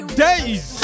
days